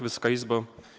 Wysoka Izbo!